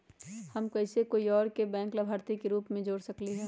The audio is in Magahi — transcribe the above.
हम कैसे कोई और के बैंक लाभार्थी के रूप में जोर सकली ह?